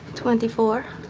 twenty four.